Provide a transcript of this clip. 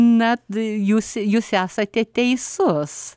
na tai jūs jūs esate teisus